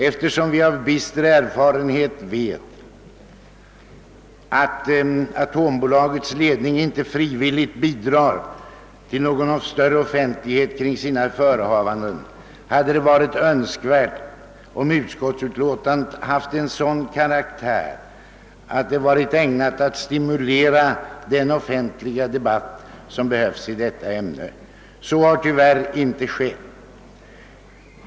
Eftersom vi av bister erfarenhet vet att atombolagets ledning inte frivilligt bidrar till någon större offentlighet kring sina förehavanden hade det varit önskvärt att utskottsutlåtandet haft en sådan karaktär att det varit ägnat att stimulera den offentliga debatt som behövs i detta ämne. Så har tyvärr inte blivit fallet.